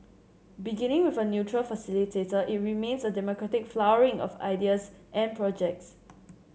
beginning with a neutral facilitator it remains a democratic flowering of ideas and projects